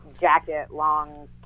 jacket-long